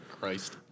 Christ